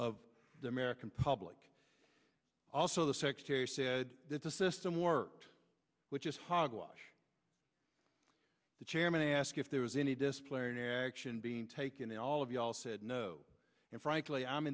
of the american public also the secretary said that the system worked which is hogwash the chairman ask if there was any disciplinary action being taken and all of y'all said no and frankly i'm